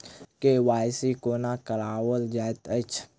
KYC कोना कराओल जाइत अछि?